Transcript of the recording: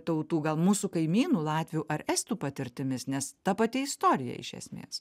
tautų gal mūsų kaimynų latvių ar estų patirtimis nes ta pati istorija iš esmės